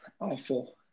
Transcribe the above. awful